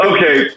Okay